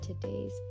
today's